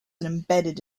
embedded